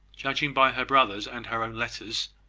judging by her brothers, and her own letters,